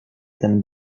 ten